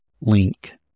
link